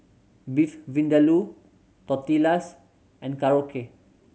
Beef Vindaloo Tortillas and Korokke